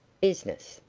business.